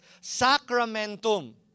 sacramentum